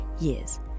years